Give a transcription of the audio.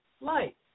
light